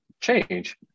change